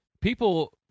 People